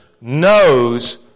knows